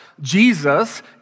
Jesus